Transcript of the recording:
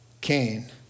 Cain